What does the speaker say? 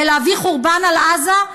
ולהביא חורבן על עזה,